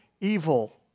evil